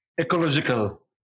ecological